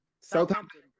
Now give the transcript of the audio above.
Southampton